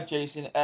Jason